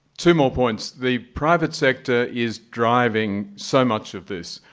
two more points. the private sector is driving so much of this,